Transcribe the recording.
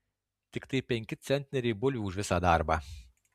tiktai penki centneriai bulvių už visą darbą